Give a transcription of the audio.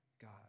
God